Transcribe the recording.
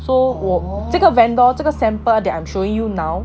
so 我这个 vendors 这个 sample that I'm showing you now